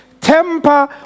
Temper